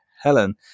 Helen